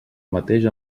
mateix